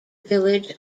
village